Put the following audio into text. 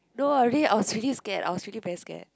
no ah really I was really scared I was really very scared